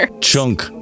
chunk